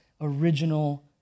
original